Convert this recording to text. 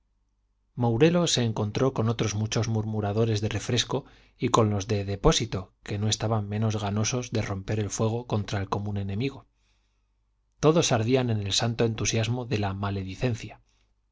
mourelo se encontró con otros muchos murmuradores de refresco y con los de depósito que no estaban menos ganosos de romper el fuego contra el común enemigo todos ardían en el santo entusiasmo de la maledicencia